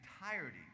entirety